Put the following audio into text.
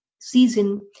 season